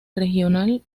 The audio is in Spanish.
regional